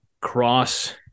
cross